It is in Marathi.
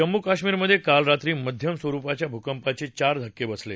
जम्मू कश्मीरमधे काल रात्री मध्यम स्वरुपाच्या भूकंपाचे चार धक्के बसले